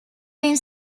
being